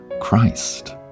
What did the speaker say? Christ